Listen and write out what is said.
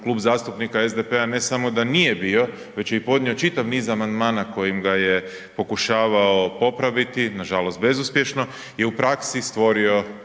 Klub zastupnika SPD-a ne samo da nije bio već je i podnio čitav niz amandman kojim ga je pokušavao popraviti, nažalost bezuspješno je u praksi stvorio